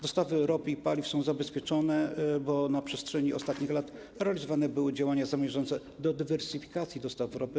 Dostawy ropy i paliw są zabezpieczone, bo na przestrzeni ostatnich lat realizowane były działania zmierzające do dywersyfikacji dostaw ropy.